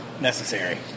necessary